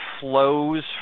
flows